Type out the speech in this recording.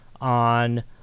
on